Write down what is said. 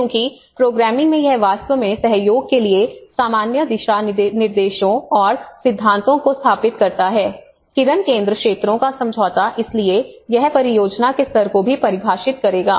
क्योंकि प्रोग्रामिंग में यह वास्तव में सहयोग के लिए सामान्य दिशानिर्देशों और सिद्धांतों को स्थापित करता है किरणकेन्द्र क्षेत्रों का समझौता इसलिए यह परियोजना के स्तर को भी परिभाषित करेगा